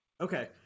Okay